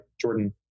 Jordan